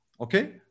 Okay